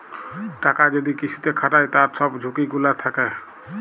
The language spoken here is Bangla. টাকা যদি কিসুতে খাটায় তার সব ঝুকি গুলা থাক্যে